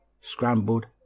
scrambled